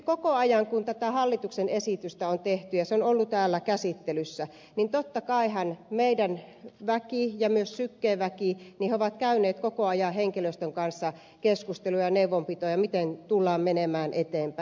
koko ajan kun tätä hallituksen esitystä on tehty ja se on ollut täällä käsittelyssä totta kai meidän väkemme ja myös syken väki ovat käyneet koko ajan henkilöstön kanssa keskusteluja ja neuvonpitoa siitä miten tullaan menemään eteenpäin